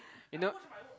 you know